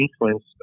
influence